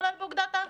כולל באוגדת עזה,